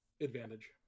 advantage